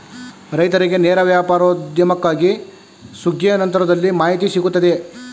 ರೈತರಿಗೆ ನೇರ ವ್ಯಾಪಾರೋದ್ಯಮಕ್ಕಾಗಿ ಸುಗ್ಗಿಯ ನಂತರದಲ್ಲಿ ಮಾಹಿತಿ ಸಿಗುತ್ತದೆಯೇ?